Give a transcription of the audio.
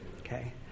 okay